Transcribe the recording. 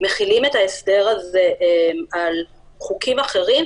מחילים את ההסדר הזה על חוקים אחרים,